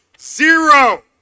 Zero